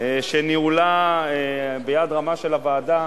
שניהולה ביד רמה את הוועדה